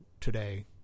today